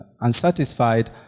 unsatisfied